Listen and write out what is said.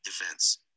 events